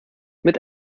mit